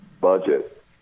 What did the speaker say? budget